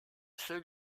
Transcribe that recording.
seul